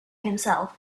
himself